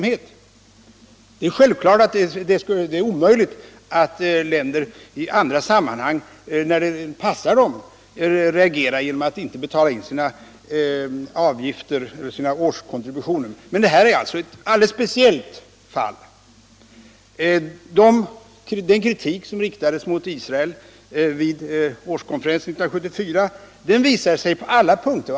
Men det är självklart omöjligt att länder i andra sammanhang, när det passar dem, skulle få reagera genom att inte betala sin årskontribution, men det här är ett alldeles speciellt fall. Den kritik som riktades mot Israel vid årskonferensen 1974 visade sig vara felaktig på alla punkter.